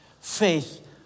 Faith